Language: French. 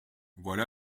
voilà